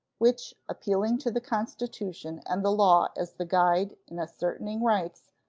which, appealing to the constitution and the law as the guide in ascertaining rights,